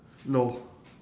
no